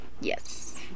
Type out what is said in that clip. Yes